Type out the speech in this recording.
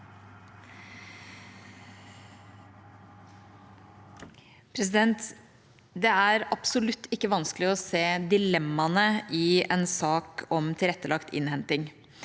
Det er absolutt ikke vanskelig å se dilemmaene i en sak om tilrettelagt innhenting.